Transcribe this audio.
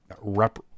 rep